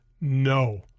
No